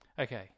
okay